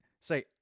Say